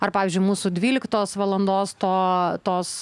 ar pavyzdžiui mūsų dvyliktos valandos to tos